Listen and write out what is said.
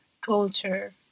culture